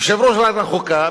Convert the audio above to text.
יושב-ראש ועדת החוקה,